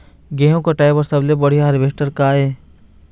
गेहूं कटाई बर सबले बढ़िया हारवेस्टर का ये?